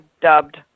dubbed